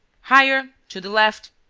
higher. to the left.